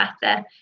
better